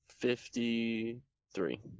Fifty-three